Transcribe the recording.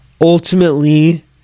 Ultimately